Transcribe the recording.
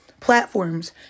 platforms